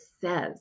says